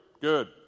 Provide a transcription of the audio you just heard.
Good